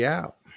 out